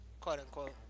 quote-unquote